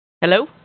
Hello